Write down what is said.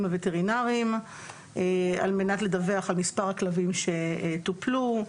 הווטרינריים על מנת לדווח על מספר הכלבים שטופלו,